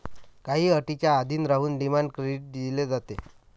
काही अटींच्या अधीन राहून डिमांड क्रेडिट दिले जाते